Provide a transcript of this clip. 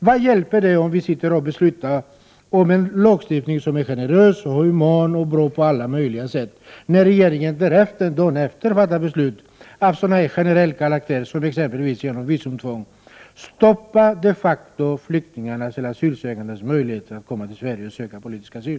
Vad hjälper det om vi sitter och beslutar om en lagstiftning som är generös och human och bra på alla möjliga sätt, när regeringen dagen efter fattar beslut som har generell karaktär, exempelvis om visumtvång, och därmed stoppar de facto-flyktingars möjligheter att komma till Sverige och söka politisk asyl?